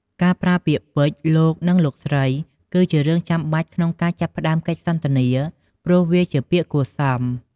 ការប្រើពាក្យពេចន៍ "លោក" និង "លោកស្រី" គឺជារឿងចាំបាច់ក្នុងការចាប់ផ្ដើមកិច្ចសន្ទនា ព្រោះវាជាពាក្យគួរសម។